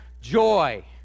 Joy